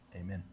Amen